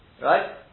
Right